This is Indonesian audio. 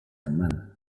teman